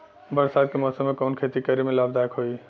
बरसात के मौसम में कवन खेती करे में लाभदायक होयी?